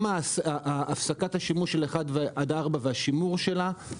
הפסקת השימוש ב-1 עד 4 והשימור שלה.